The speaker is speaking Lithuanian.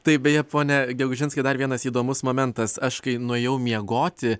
taip beje pone gegužinskai dar vienas įdomus momentas aš kai nuėjau miegoti